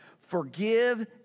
Forgive